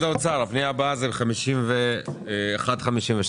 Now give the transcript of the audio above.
כמה מתוך הסכום, ה-80 וה-30,